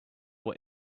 what